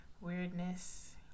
weirdness